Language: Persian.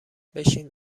بشین